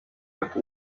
bato